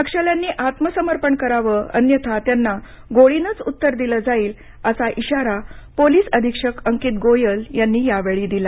नक्षल्यांनी आत्मसमर्पण करावं अन्यथा त्यांना गोळीनेच उत्तर दिलं जाईल असा इशारा पोलिस अधीक्षक अंकित गोयल यांनी यावेळी दिला